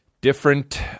Different